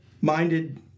minded